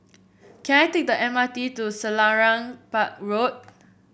can I take the M R T to Selarang Park Road